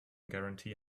guarantee